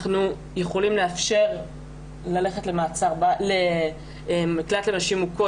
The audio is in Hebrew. אנחנו יכולים לאפשר ללכת למקלט לנשים מוכות